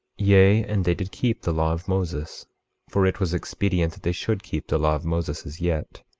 yea, and they did keep the law of moses for it was expedient that they should keep the law of moses as yet,